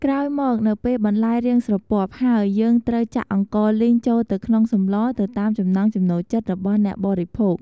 ក្រោយមក នៅពេលបន្លែរាងស្រពាប់ហើយ យើងត្រូវចាក់អង្ករលីងចូលទៅក្នុងសម្លរទៅតាមចំណង់ចំណូលចិត្តរបស់អ្នកបរិភោគ។